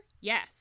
yes